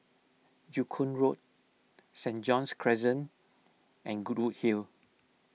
Joo Koon Road Saint John's Crescent and Goodwood Hill